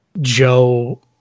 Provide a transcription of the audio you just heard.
Joe